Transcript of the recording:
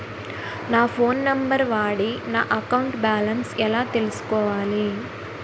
నా phone number వాడి నా అకౌంట్ బాలన్స్ ఎలా తెలుసుకోవాలి?